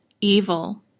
evil